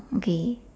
okay